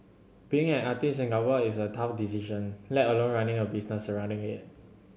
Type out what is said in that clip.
being an artist in Singapore is a tough decision let alone running a business surrounding it